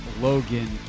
Logan